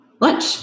lunch